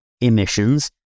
emissions